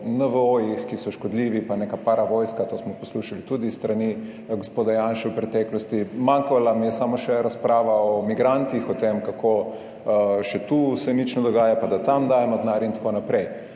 NVO-jih, ki so škodljivi, pa neka paravojska, to smo poslušali tudi s strani gospoda Janše v preteklosti. Manjkala mi je samo še razprava o migrantih, o tem, kako se še tu nič ne dogaja in da tam dajemo denar in tako naprej.